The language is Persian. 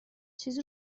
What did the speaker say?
چیزی